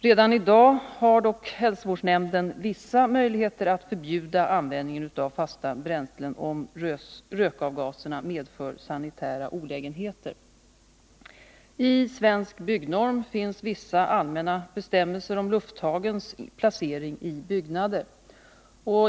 Redan i dag har dock hälsovårdsnämnden vissa möjligheter att förbjuda användning av fasta bränslen om rökavgaserna medför sanitära olägenheter. I Svensk byggnorm finns vissa allmänna bestämmelser om luftintagens placering i byggnader.